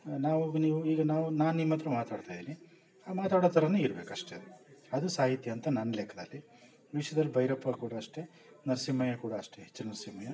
ನಾವು ನೀವು ಈಗ ನಾವು ನಾನು ನಿಮ್ಮ ಹತ್ರ ಮಾತಾಡ್ತಾಯಿದ್ದೀನಿ ಆ ಮಾತಾಡೋ ಥರನೇ ಇರಬೇಕಷ್ಟೆ ಅದು ಸಾಹಿತ್ಯ ಅಂತ ನನ್ನ ಲೆಕ್ಕದಲ್ಲಿ ವಿಷ್ಯ್ದಲ್ಲಿ ಭೈರಪ್ಪ ಕೂಡ ಅಷ್ಟೆ ನರಸಿಂಹಯ್ಯ ಕೂಡ ಅಷ್ಟೆ ಹೆಚ್ ನರಸಿಂಹಯ್ಯ